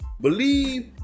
Believe